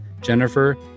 Jennifer